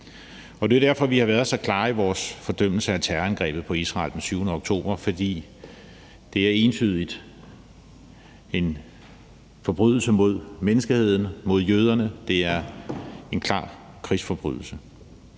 Det er derfor, vi har været så klare i vores fordømmelse af terrorangrebet på Israel den 7. oktober, for det er entydigt en forbrydelse mod menneskeheden, mod jøderne, det er en klar krigsforbrydelse.